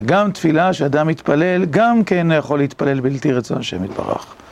גם תפילה שאדם יתפלל, גם כן יכול להתפלל בלתי רצון השם יתברך.